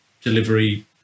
delivery